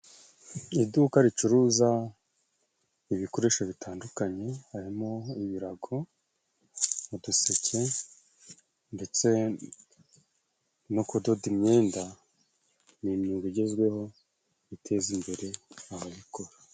Iduka ricuruza ibikoresho bitandukanye harimo ibirago n'uduseke ndetse no kudoda imyenda. Ni imyuga igezweho iteza imbere ababikora.